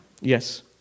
Yes